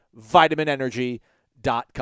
VitaminEnergy.com